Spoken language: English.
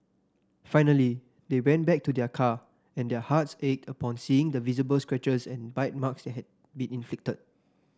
finally they went back to their car and their hearts ached upon seeing the visible scratches and bite marks had been inflicted